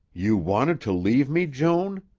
you wanted to leave me, joan?